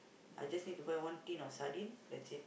I just need to buy one tin of sardine that's it